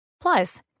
Plus